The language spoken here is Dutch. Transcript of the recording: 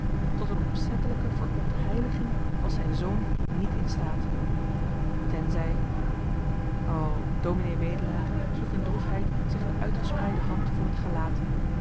tot een opzettelijke verontheiliging was zijn zoon niet in staat tenzij o ds wedelaar sloeg in droefheid zich de uitgespreide hand voor het gelaat